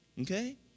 okay